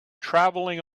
traveling